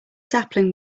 sapling